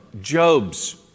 Job's